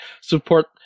support